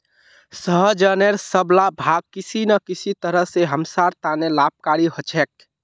सहजनेर सब ला भाग किसी न किसी तरह स हमसार त न लाभकारी ह छेक